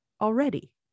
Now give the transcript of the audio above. already